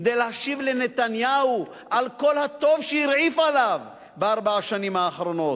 כדי להשיב לנתניהו על כל הטוב שהרעיף עליו בארבע השנים האחרונות.